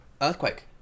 Earthquake